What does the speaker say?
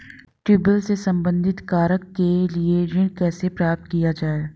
Tubewell से संबंधित कार्य के लिए ऋण कैसे प्राप्त किया जाए?